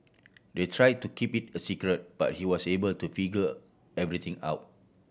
they try to keep it a secret but he was able to figure everything out